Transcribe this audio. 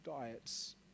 diets